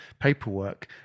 paperwork